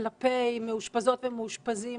כלפי מאושפזות ומאושפזים